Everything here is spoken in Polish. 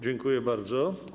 Dziękuję bardzo.